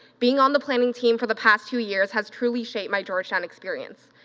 being on the planning team for the past two years has truly shaped my georgetown experience.